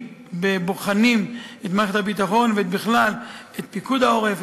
הבוחנים את מערכת הביטחון ובכלל זה את פיקוד העורף,